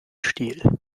stiel